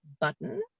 button